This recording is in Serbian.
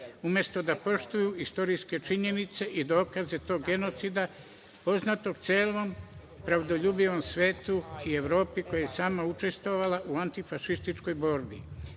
umesto da poštuju dokaze i istorijske činjenice tog genocida poznatog celom pravdoljubivom svetu i Evropi, koja je sama učestvovala u antifašističkoj